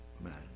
man